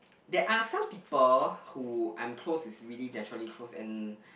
there are some people who I'm close is really naturally close and